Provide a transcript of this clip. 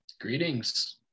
Greetings